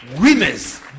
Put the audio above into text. winners